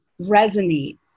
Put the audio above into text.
resonate